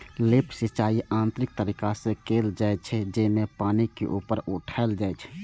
lift सिंचाइ यांत्रिक तरीका से कैल जाइ छै, जेमे पानि के ऊपर उठाएल जाइ छै